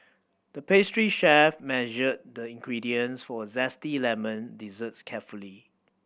the pastry chef measured the ingredients for a zesty lemon dessert carefully